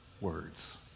words